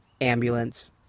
ambulance